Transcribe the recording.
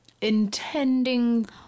intending